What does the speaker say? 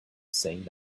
saying